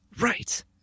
Right